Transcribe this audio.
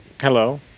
Hello